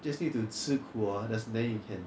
just need to 吃苦 lor that's then you can